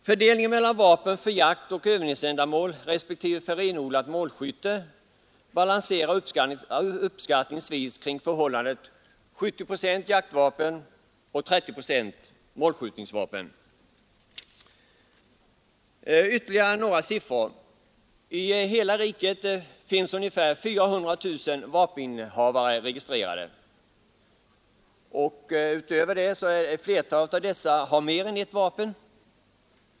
Fördelningen mellan vapen för jaktoch övningsändamål och vapen för renodlat målskytte balanserar uppskattningsvis kring 70 procent jaktvapen och 30 procent målskjutningsvapen. Ytterligare några siffror: I hela riket finns ungefär 400 000 vapeninnehavare registrerade. Flertalet av dessa har mer än ett vapen.